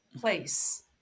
place